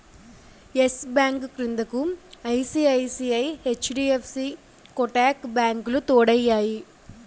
yes bank క్రిందకు ICICI, HDFC Kotak బ్యాంకులు తోడయ్యాయి